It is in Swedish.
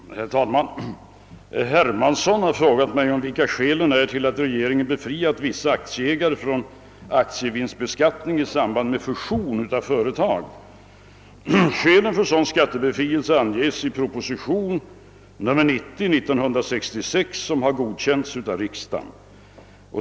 Herr talman! Herr Hermansson har frågat mig om vilka skälen är till att regeringen befriat vissa aktieägare från aktievinstbeskattning i samband med fusion mellan företag. Skälen för sådan skattebefrielse anges i proposition nr 1966:90 som godkänts av riksdagen.